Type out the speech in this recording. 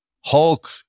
Hulk